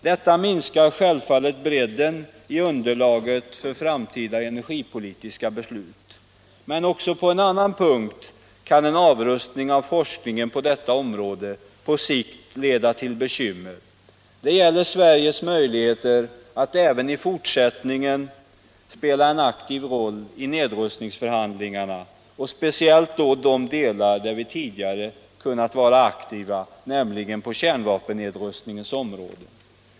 Detta minskar självfallet bredden i underlaget för framtida energipolitiska beslut, men också på en annan punkt kan en avrustning av forskningen på detta område på sikt leda till bekymmer. Det gäller Sveriges möjligheter att även i fortsättningen spela en aktiv roll i nedrustningsförhandlingarna och speciellt då de delar där vi tidigare kunnat vara aktiva, nämligen på kärnvapennedrustningens område.